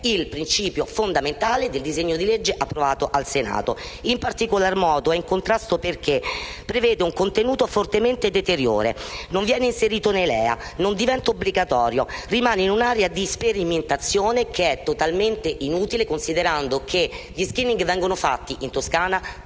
il principio fondamentale del disegno di legge approvato al Senato. In particolar modo è in contrasto perché prevede un contenuto fortemente deteriore: tale *screening* non viene inserito nei LEA, non diventa obbligatorio e rimane in un'area di sperimentazione totalmente inutile, considerando che gli *screening* vengono fatti in Toscana